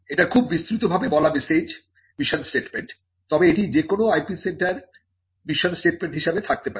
এটি খুব বিস্তৃতভাবে বলা মেসেজ মিশন স্টেটমেন্ট তবে এটি যে কোন IP সেন্টারে মিশন স্টেটমেন্ট হিসেবে থাকতে পারে